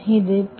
இது P